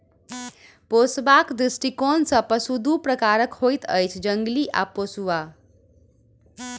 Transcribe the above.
पोसबाक दृष्टिकोण सॅ पशु दू प्रकारक होइत अछि, जंगली आ पोसुआ